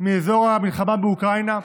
מאזור המלחמה באוקראינה.